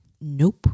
nope